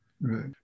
Right